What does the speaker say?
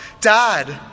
Dad